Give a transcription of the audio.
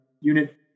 unit